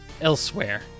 elsewhere